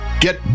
get